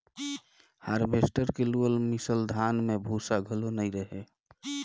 harvester के लुअल मिसल धान में भूसा घलो नई रहें